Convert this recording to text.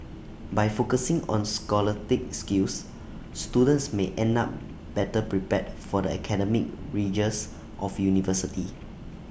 by focusing on scholastic skills students may end up better prepared for the academic rigours of university